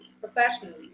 professionally